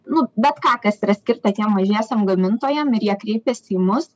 nu bet ką kas yra skirta tiem mažiesiem gamintojam ir jie kreipiasi į mus